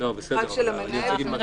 אחד של המנהל ואחד של ועדת השרים.